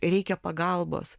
reikia pagalbos